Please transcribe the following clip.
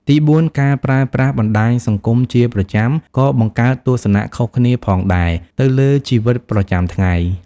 ទីបួន ការប្រើប្រាស់បណ្តាញសង្គមជាប្រចាំក៏បង្កើតទស្សនៈខុសគ្នាផងដែរទៅលើជីវិតប្រចាំថ្ងៃ។